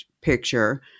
picture